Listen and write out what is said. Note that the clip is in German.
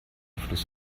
fluss